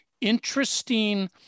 interesting